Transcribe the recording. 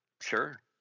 Sure